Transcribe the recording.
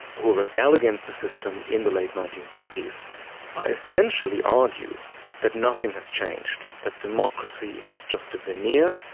who rebel against the system in the late nineteen sixty s essentially argue that nothing has changed, that democracy is just a veneer,